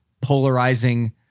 polarizing